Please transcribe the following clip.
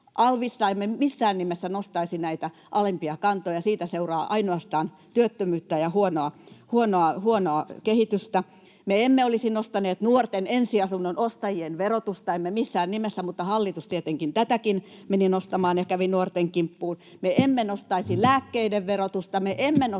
Alvista: Emme missään nimessä nostaisi näitä alempia kantoja. Siitä seuraa ainoastaan työttömyyttä ja huonoa kehitystä. Me emme olisi nostaneet nuorten ensiasunnon ostajien verotusta, emme missään nimessä, mutta hallitus tietenkin tätäkin meni nostamaan ja kävi nuorten kimppuun. Me emme nostaisi lääkkeiden verotusta.